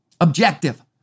objective